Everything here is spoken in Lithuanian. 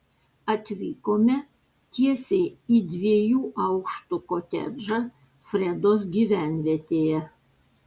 atvykome tiesiai į dviejų aukštų kotedžą fredos gyvenvietėje